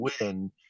win